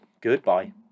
Goodbye